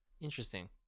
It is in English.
Interesting